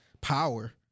Power